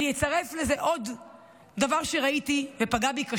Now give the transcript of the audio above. אני אצרף לזה עוד דבר שראיתי ופגע בי קשות,